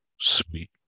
Sweet